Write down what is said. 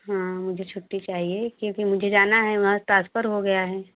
हाँ मुझे छुट्टी चाहिए क्योंकि मुझे जाना है वहाँ ट्रांसफर हो गया है